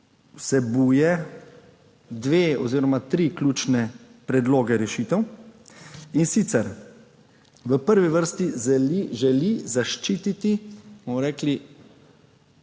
vsebuje dva oziroma tri ključne predloge rešitev. In sicer, v prvi vrsti zaščititi, bomo rekli